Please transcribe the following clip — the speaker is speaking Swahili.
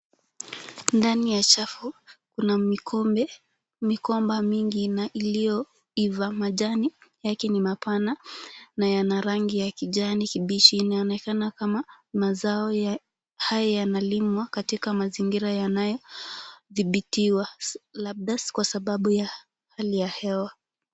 Ndani ya chafu kuna migomba mingi na iliyoiva. Majani yake ni mapana na yana rangi ya kijani kibichi inaonekana kama mazao haya yanalimwa katika mazingira yanayodhibitiwa labda kwa sababu ya hali ya hewa.